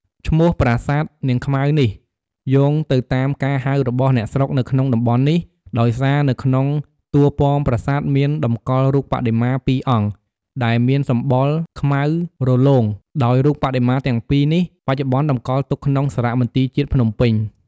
ឈ្មោះប្រាសាទនាងខ្មៅនេះ យោងទៅតាមការហៅរបស់អ្នកស្រុកនៅក្នុងតំបន់នេះ ដោយសារនៅក្នុងតួប៉មប្រាសាទមានតម្កល់រូបបដិមាពីរអង្គដែលមានសម្បុរខ្មៅរលោង ដោយរូបបដិមាទាំងពីរនេះបច្ចុប្បន្នតម្កល់ទុកក្នុងសារមន្ទីរជាតិភ្នំពេញ។